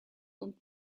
und